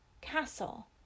castle